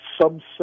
subset